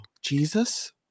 Jesus